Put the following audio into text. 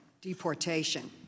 deportation